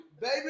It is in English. Baby